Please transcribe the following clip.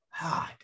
God